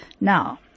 Now